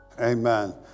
Amen